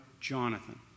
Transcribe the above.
Jonathan